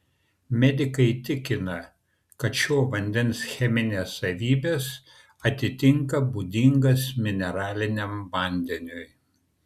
medikai tikina kad šio vandens cheminės savybės atitinka būdingas mineraliniam vandeniui